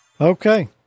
Okay